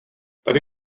tady